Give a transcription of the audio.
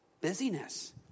Busyness